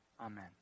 Amen